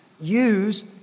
use